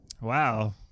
Wow